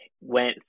went